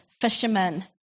fishermen